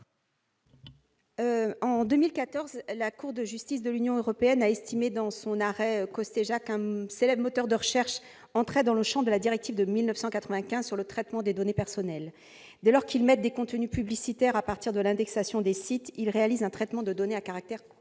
En 2014, la Cour de justice de l'Union européenne a estimé, dans son arrêt qu'un célèbre moteur de recherche entrait dans le champ de la directive de 1995 sur le traitement des données personnelles. Dès lors qu'ils proposent des contenus publicitaires à partir de l'indexation des sites, les moteurs de recherche réalisent un traitement de données à caractère